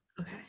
okay